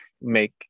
make